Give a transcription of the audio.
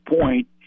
point